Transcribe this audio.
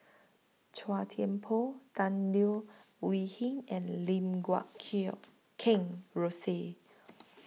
Chua Thian Poh Tan Leo Wee Hin and Lim Guat Kill Kheng Rosie